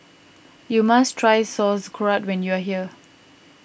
you must try Sauerkraut when you are here